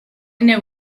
know